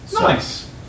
Nice